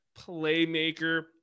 playmaker